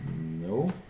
No